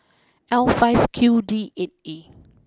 L five Q D eight E